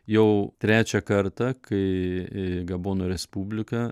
jau trečią kartą kai į gabono respubliką